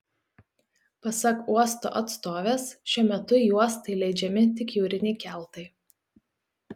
pasak uosto atstovės šiuo metu į uostą įleidžiami tik jūriniai keltai